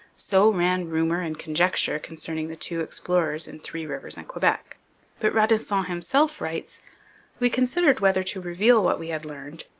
so ran rumour and conjecture concerning the two explorers in three rivers and quebec but radisson himself writes we considered whether to reveal what we had learned,